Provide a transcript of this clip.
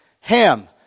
Ham